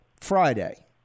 Friday